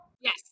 Yes